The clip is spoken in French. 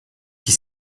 qui